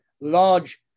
large